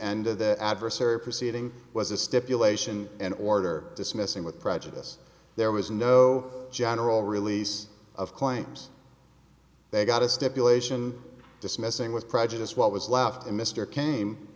end of that adversary proceeding was a stipulation in order dismissing with prejudice there was no general release of claims they got a stipulation dismissing with prejudice what was left to mr came